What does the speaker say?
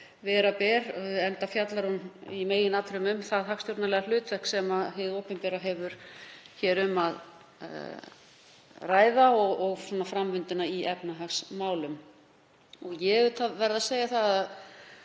vera ber, enda fjallar hún í meginatriðum um það hagstjórnarlega hlutverk sem hið opinbera hefur og framvinduna í efnahagsmálum. Ég verð að segja það að